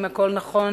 אם הכול נכון,